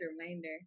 reminder